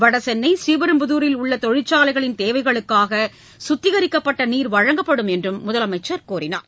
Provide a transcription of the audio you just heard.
வடசென்னை பூரீபெரும்புதூரில் உள்ள தொழிற்சாலைகளின் தேவைகளுக்காக சுத்திகரிக்கப்பட்ட நீர் வழங்கப்படும் என்று கூறினார்